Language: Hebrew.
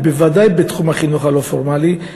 ובוודאי בתחום החינוך הלא-פורמלי,